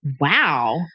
Wow